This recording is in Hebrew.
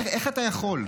איך אתה יכול?